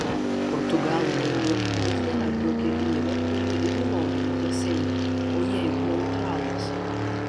portugalų laivai vis dar atplaukia į liverpulį ir į londono baseiną o jie juk neutralūs